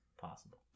possible